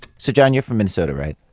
so, john, you're from minnesota right?